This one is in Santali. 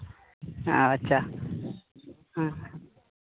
ᱦᱮᱸ ᱟᱪᱪᱷᱟ ᱦᱮᱸ